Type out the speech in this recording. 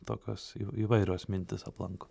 tokios įvairios mintys aplanko